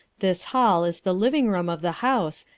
this hall is the living-room of the house,